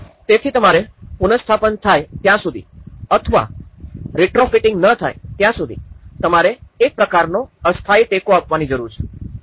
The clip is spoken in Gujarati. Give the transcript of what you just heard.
તેથી તમારે પુનસ્થાપન થાય ત્યાં સુધી અથવા રીટ્રોફિટિંગ ન થાય ત્યાં સુધી તમારે એક પ્રકારનો અસ્થાયી ટેકો આપવાની જરૂર છે